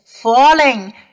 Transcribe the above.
falling